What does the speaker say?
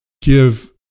give